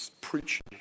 preaching